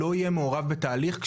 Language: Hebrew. לא יהיה מעורב בתהליך,